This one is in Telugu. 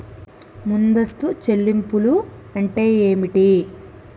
ముందస్తు చెల్లింపులు అంటే ఏమిటి?